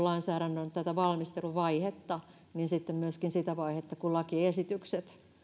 lainsäädännön valmisteluvaihetta myöskin sitä vaihetta kun lakiesitykset